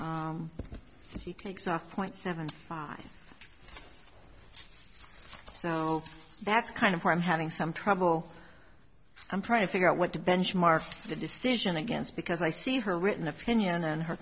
mcdougal she takes off point seven five so that's kind of why i'm having some trouble i'm trying to figure out what to benchmark the decision against because i see her written opinion and her